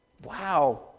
Wow